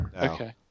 Okay